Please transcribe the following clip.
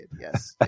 Yes